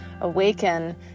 awaken